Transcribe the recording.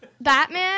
Batman